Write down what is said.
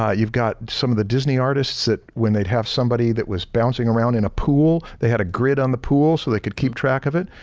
ah you've got some of the disney artists that when they'd have somebody that was bouncing around in a pool they had a grid on the pool so they could keep track of it.